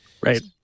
Right